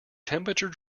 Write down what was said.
temperature